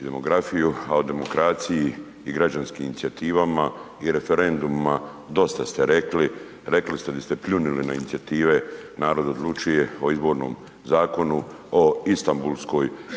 i demografiju a o demokraciji i građanskim inicijativama i referendumima dosta ste rekli. Rekli ste da ste pljunuli na inicijative Narod odlučuje o Izbornom zakonu, o Istanbulskoj, o